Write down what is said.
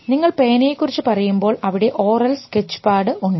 നിങ്ങൾ പേനയെ കുറിച്ച് പറയുമ്പോൾ അവിടെ ഓറൽ സ്കെച്ച് പാട് ഉണ്ട്